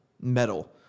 metal